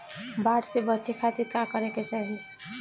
बाढ़ से बचे खातिर का करे के चाहीं?